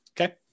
Okay